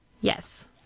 yes